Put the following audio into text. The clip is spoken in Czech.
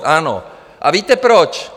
Ano, a víte, proč?